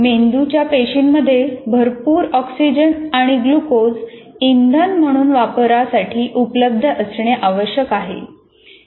मेंदूच्या पेशींमध्ये भरपूर ऑक्सिजन आणि ग्लुकोज इंधन म्हणून वापरासाठी उपलब्ध असणे आवश्यक आहे